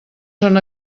són